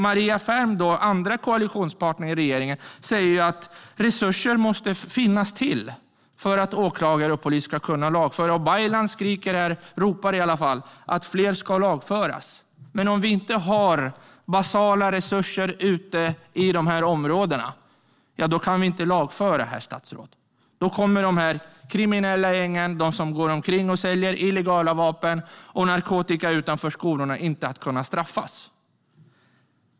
Maria Ferm, koalitionspartner i regeringen, säger att resurser måste finnas för att åklagare och polis ska kunna lagföra. Och Baylan ropar här att fler ska lagföras. Men om det inte finns basala resurser ute i de här områdena kan man inte lagföra, herr statsråd. Då kommer de kriminella gängen, de som går omkring och säljer illegala vapen och narkotika utanför skolorna, inte att kunna straffas.